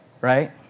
right